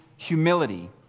Humility